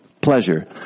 pleasure